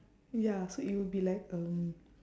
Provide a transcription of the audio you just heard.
ya so it would be like um